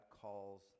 calls